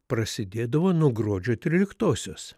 prasidėdavo nuo gruodžio tryliktosios